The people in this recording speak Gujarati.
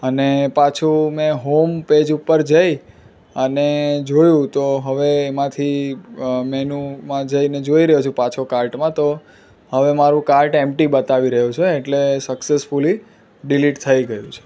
અને પાછું મેં હોમપેજ ઉપર જઈ અને જોયું તો હવે એમાંથી મેનૂમાં જઈને જોઈ રહ્યો છું પાછો કાર્ટમાં તો હવે મારું કાર્ટ એમ્પટી બતાવી રહ્યું છે એટલે સકસેસફલી ડિલીટ થઈ ગયું છે